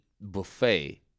buffet